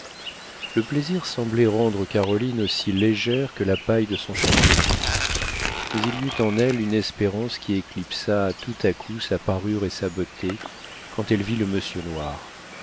le plaisir semblait rendre caroline aussi légère que la paille de son chapeau mais il y eut en elle une espérance qui éclipsa tout à coup sa parure et sa beauté quand elle vit le monsieur noir